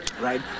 right